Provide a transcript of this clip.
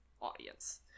audience